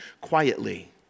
quietly